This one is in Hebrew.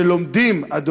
שלומדים, אדוני,